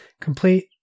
complete